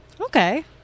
Okay